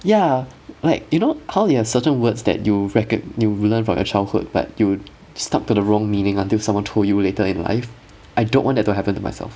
ya like you know how you have certain words that you recog~ you learn from your childhood but you stuck to the wrong meaning until someone told you later in life I don't want that to happen to myself